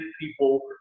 people